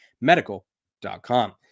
medical.com